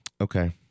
Okay